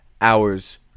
hours